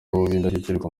b’indashyikirwa